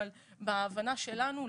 אבל בהבנה שלנו,